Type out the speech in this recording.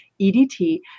EDT